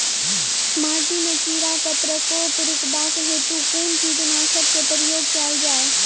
माटि मे कीड़ा केँ प्रकोप रुकबाक हेतु कुन कीटनासक केँ प्रयोग कैल जाय?